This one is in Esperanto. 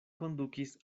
kondukis